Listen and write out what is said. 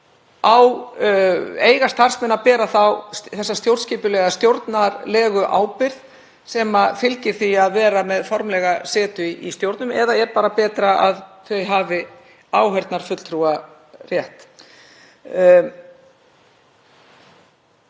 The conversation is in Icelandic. Eiga starfsmenn að bera stjórnskipulega stjórnarlega ábyrgð sem fylgir því að vera með formlega setu í stjórn eða er bara betra að þau hafi áheyrnarfulltrúarétt?